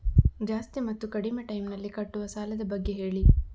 ಜಾಸ್ತಿ ಮತ್ತು ಕಡಿಮೆ ಟೈಮ್ ನಲ್ಲಿ ಕಟ್ಟುವ ಸಾಲದ ಬಗ್ಗೆ ಹೇಳಿ